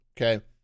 okay